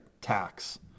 tax